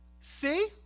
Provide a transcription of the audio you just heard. See